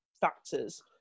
factors